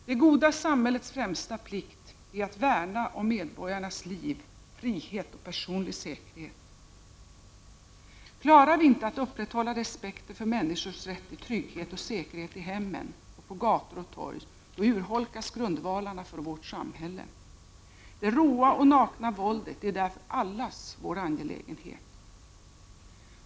Det goda samhällets främsta plikt är att värna om medborgarnas liv, frihet och personliga säkerhet. Klarar vi inte att upprätthålla respekten för människors rätt till trygghet och säkerhet i hemmen och på gator och torg urholkas grundvalarna för vårt samhälle. Det råa och nakna våldet är därför allas vår angelägenhet.